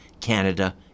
Canada